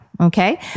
Okay